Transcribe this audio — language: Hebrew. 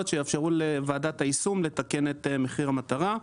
שיאפשרו לוועדת היישום לתקן את מחיר המטרה.